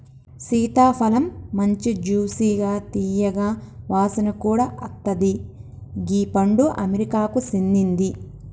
సీతాఫలమ్ మంచి జ్యూసిగా తీయగా వాసన కూడా అత్తది గీ పండు అమెరికాకు సేందింది